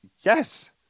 Yes